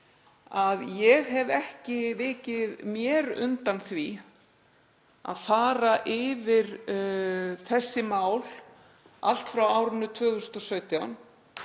að ég hef ekki vikið mér undan því að fara yfir þessi mál allt frá árinu 2017